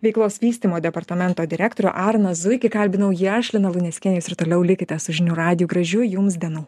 veiklos vystymo departamento direktorių arną zuikį kalbinau jį aš lina luneckienė jūs ir toliau likite su žinių radiju gražių jums dienų